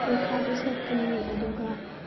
ꯒꯨꯔꯈꯥꯗꯨ ꯁꯦꯠꯀꯅꯤ ꯑꯗꯨꯒ